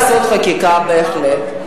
או לעשות חקיקה, בהחלט.